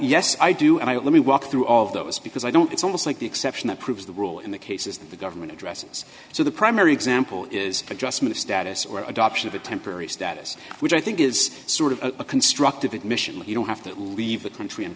yes i do and i let me walk through all of those because i don't it's almost like the exception that proves the rule in the cases that the government addresses so the primary example is adjustment of status or adoption of a temporary status which i think is sort of a constructive admission that you don't have to leave the country and